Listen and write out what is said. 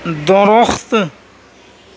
درخت